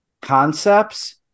concepts